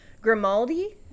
Grimaldi